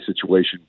situation